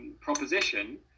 proposition